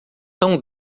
tão